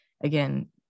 again